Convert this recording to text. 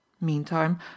Meantime